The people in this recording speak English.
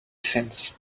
since